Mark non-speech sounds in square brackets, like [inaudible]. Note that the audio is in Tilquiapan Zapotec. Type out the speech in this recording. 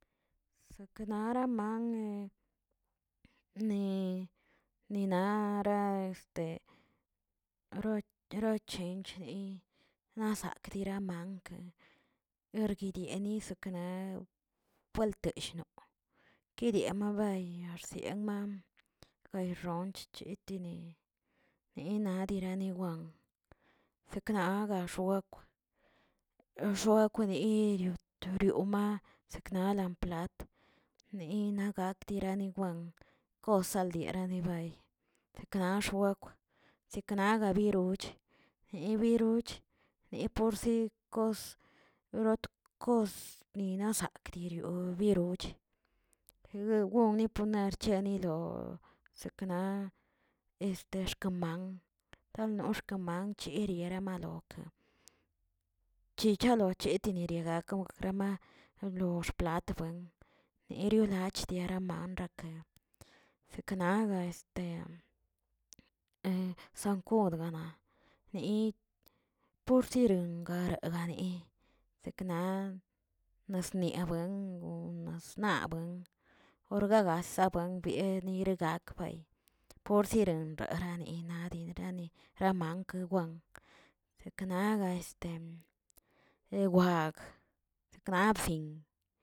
Zaknara man este ne- ne nara este rorochencheri na zak'' dira make erdiguieni sekna puelteshno kedia mabay xsianma, gay ronch chitini nina diraniwan sekna gaxuewekw, xwekw diyiri- rioma sekna lan plat nina nakdiraniwan kosaldiera nibay deknar xwekw sekna gabiroch nibiruch ni porsikos rotkos ninozakꞌ dirio yeroch, jegoni poner chiaꞌ yilo sekna este xkaman danlox kamanchi yiriera maloka, chichaloche tieterenimarokə rama lo xplat wen nilo riach dierama rake seknag este [hesitation] sankod gama ni pursiengara gar gani sekna nas niaꞌ buen wnasnaꞌ buen orgagasa buen bieni gak fay porsieren niarani naꞌ didrani mank wan seknaga este [hesitation] wag sekna bzin.